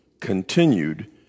continued